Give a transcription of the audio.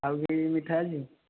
ଆଉ କି ମିଠା ଅଛି